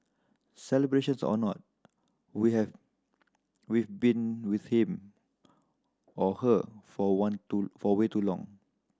celebrations or not we have we've been with him or her for one to for way too long